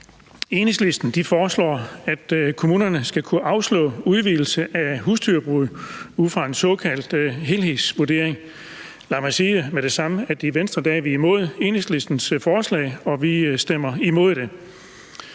Enhedslisten foreslår, at kommunerne skal kunne afslå udvidelse af husdyrbrug ud fra en såkaldt helhedsvurdering. Lad mig sige med det samme, at i Venstre er vi imod Enhedslistens forslag, og vi stemmer imod det.